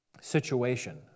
situation